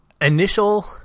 initial